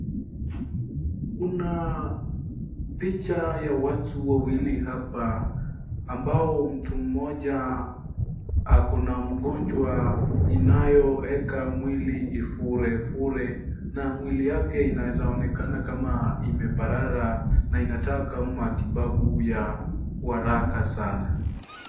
Kuna picha ya watu wawili hapa ambao mtu mmoja akona mgonjwa inayoeka mwili ifurefure na mwili yake inaeza onekana kama imeparara na inataka matibabu ya uharaka sana.